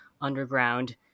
underground